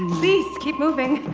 please keep moving.